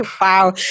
wow